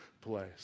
place